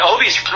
Obi's